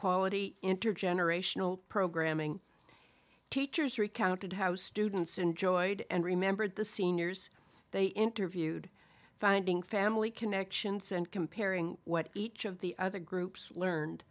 quality intergenerational programming teachers recounted how students enjoyed and remembered the seniors they interviewed finding family connections and comparing what each of the other groups learned